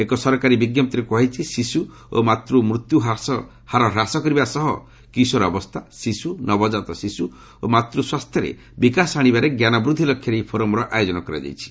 ଏକ ସରକାରୀ ବିଜ୍ଞପ୍ତିରେ କୁହାଯାଇଛି ଶିଶୁ ଓ ମାତୃ ମୃତ୍ୟୁ ହାର ହ୍ରାସ କରିବା ସହ କିଶୋର ଅବସ୍ଥା ଶିଶୁ ନବଜାତ ଶିଶୁ ଓ ମାତୃସ୍ୱାସ୍ଥ୍ୟରେ ବିକାଶ ଆଣିବାରେ ଜ୍ଞାନବୃଦ୍ଧି ଲକ୍ଷ୍ୟରେ ଏହି ଫୋରମର ଆୟୋଜନ କରାଯାଇଛି